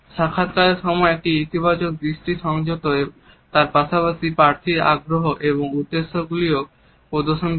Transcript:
সাক্ষাৎকারের সময় একটি ইতিবাচক দৃষ্টি সংযত তার পাশাপাশি প্রার্থীর আগ্রহ এবং উদ্দেশ্য গুলি ও প্রদর্শন করে